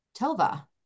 Tova